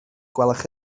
gwelwch